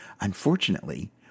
Unfortunately